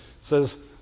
says